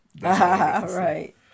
right